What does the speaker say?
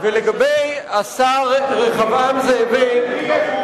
ולגבי השר רחבעם זאבי, אני לא אומר